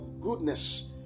goodness